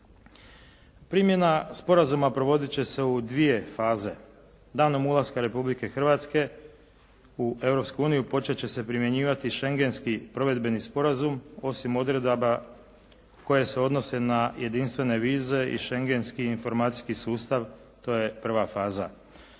Primjena sporazuma provoditi će se u dvije faze. Danom ulaska Republike Hrvatske u Europsku uniju početi će se primjenjivati Schengenski provedbeni sporazum osim odredaba koje se odnose na jedinstvene vize i Schengenski informacijski sustav, to je prva faza.